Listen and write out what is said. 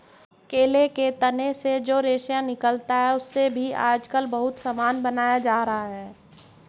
केला के तना से जो रेशा निकलता है, उससे भी आजकल बहुत सामान बनाया जा रहा है